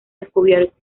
descubierto